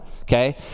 Okay